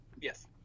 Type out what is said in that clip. yes